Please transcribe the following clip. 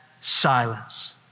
silence